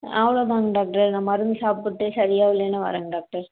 அவ்வளோதாங்க டாக்டரு நான் மருந்து சாப்பிட்டு சரியாகலேன்னா வரேங்க டாக்டர்